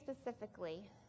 specifically